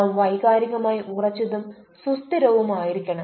നാം വൈകാരികമായി ഉറച്ചതും സുസ്ഥിരവുമായിരിക്കണം